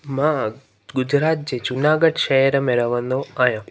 मां गुजरात जे जूनागढ़ शहर में रहंदो आहियां